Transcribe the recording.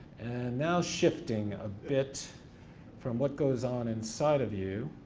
and now shifting a bit from what goes on inside of you